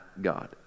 God